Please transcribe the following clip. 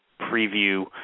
preview